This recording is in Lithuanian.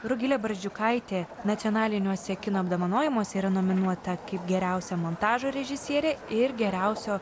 rugilė barzdžiukaitė nacionaliniuose kino apdovanojimuose yra nominuota kaip geriausia montažo režisierė ir geriausio